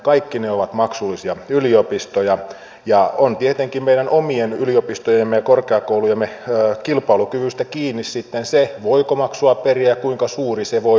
kaikki ne ovat maksullisia yliopistoja ja on tietenkin meidän omien yliopistojemme ja korkeakoulujemme kilpailukyvystä kiinni sitten se voiko maksua periä ja kuinka suuri se voi olla